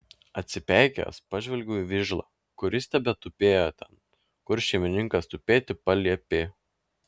atsipeikėjęs pažvelgiau į vižlą kuris tebetupėjo ten kur šeimininkas tupėti paliepė